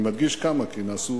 אני מדגיש "כמה", כי נעשו